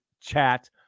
Chat